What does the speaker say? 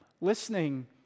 listening